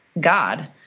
God—